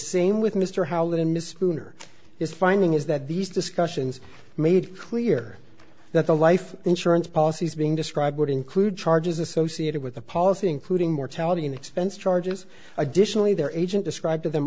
same with mr howlett and miss rouer is finding is that these discussions made clear that the life insurance policies being described would include charges associated with the policy including mortality and expense charges additionally their agent described to them